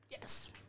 Yes